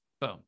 Boom